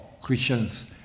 Christians